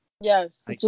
Yes